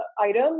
Item